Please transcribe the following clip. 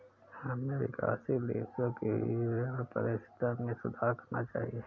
हमें विकासशील देशों की ऋण पारदर्शिता में सुधार करना चाहिए